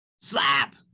Slap